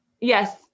Yes